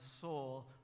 soul